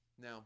now